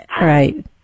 Right